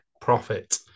profit